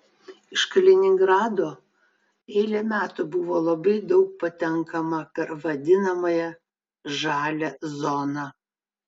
iš kaliningrado eilę metų buvo labai daug patenkama per vadinamąją žalią zoną